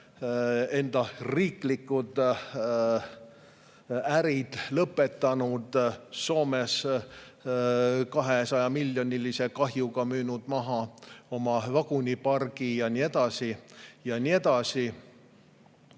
enda riiklikud ärid lõpetanud, müünud Soomes 200‑miljonilise kahjumiga maha oma vagunipargi ja nii edasi ja nii edasi.